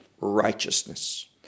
righteousness